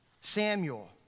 Samuel